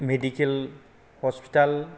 medical hospital